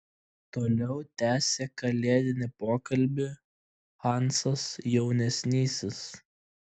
toliau tęsė kalėdinį pokalbį hansas jaunesnysis